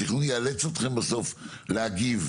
התכנון יאלץ אתכם בסוף להגיב,